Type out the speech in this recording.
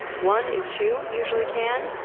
one and two usually can,